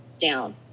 down